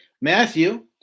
Matthew